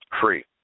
free